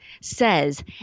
says